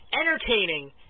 entertaining